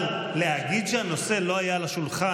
אבל להגיד שהנושא לא היה על השולחן,